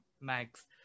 Max